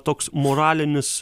toks moralinis